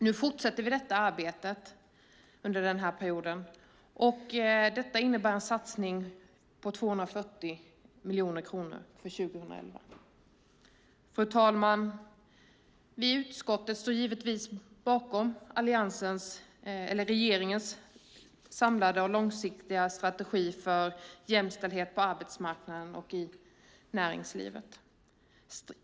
Vi fortsätter detta arbete under denna period. Det innebär en satsning på 240 miljoner kronor för 2011. Fru talman! Vi allianspartier i utskottet står givetvis bakom regeringens samlade långsiktiga strategi för jämställdhet på arbetsmarknaden och i näringslivet.